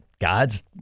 God's